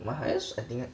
my highest I think